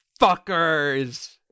fuckers